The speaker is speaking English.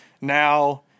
Now